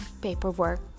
paperwork